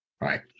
Right